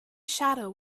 shadow